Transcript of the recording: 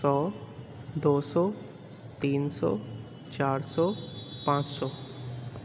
سو دو سو تین سو چار سو پانچ سو